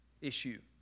issue